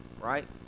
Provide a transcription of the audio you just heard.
right